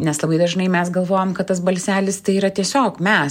nes labai dažnai mes galvojam kad tas balselis tai yra tiesiog mes